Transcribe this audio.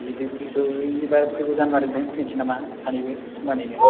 YouTube चेनेलखौ एबार फैगौ जानुवारिनिफ्रायनो खुलिनोसै नामा सानैबो समानैनो